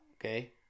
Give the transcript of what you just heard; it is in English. okay